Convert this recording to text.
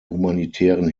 humanitären